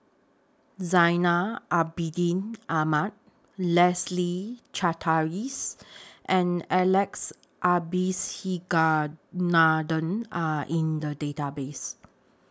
Zainal Abidin Ahmad Leslie Charteris and Alex Abisheganaden Are in The Database